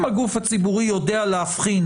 אם הגוף הציבורי יודע להבחין